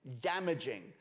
damaging